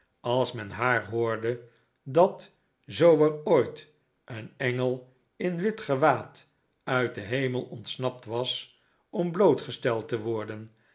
als men haar hoorde dat zoo er ooit een engel in wit gewaad uit den hemel ontsnapt was om blootgesteld te worden